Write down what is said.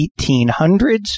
1800s